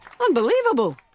Unbelievable